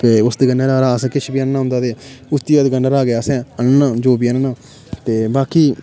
ते उस दकानै परा अस किश बी आह्नना होंदा ते उसी दकानै रा गै आह्नना जो बी आह्नना ते बाकी